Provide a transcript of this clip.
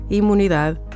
imunidade